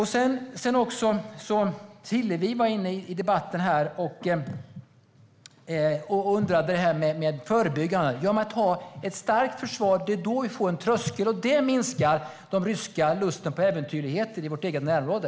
Hillevi Larsson undrade om det förebyggande. Har vi ett starkt försvar får vi en tröskel, och det minskar den ryska lusten på äventyrligheter i vårt närområde.